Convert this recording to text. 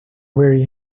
very